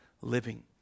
living